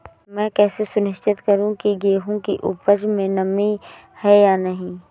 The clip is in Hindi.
मैं कैसे सुनिश्चित करूँ की गेहूँ की उपज में नमी है या नहीं?